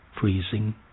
freezing